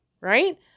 Right